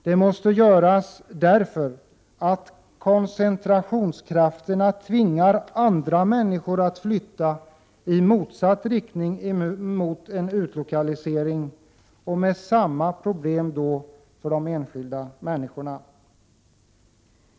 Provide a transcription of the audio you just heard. Det måste göras därför att koncentrationskrafterna tvingar andra människor att flytta i motsatt riktning mot en utlokalisering, vilket medför samma problem för de enskilda människorna.